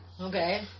Okay